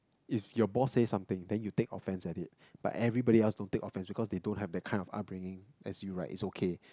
if your boss says something then you take offence at it but everybody else don't take offence because they don't have that kind of upbringing as you right it's okay